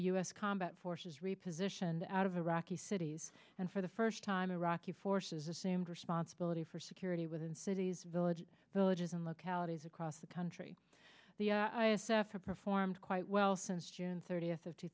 s combat forces repositioned out of iraqi cities and for the first time iraqi forces assumed responsibility for security within cities villages villages and localities across the country the i s f have performed quite well since june thirtieth of two